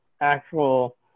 actual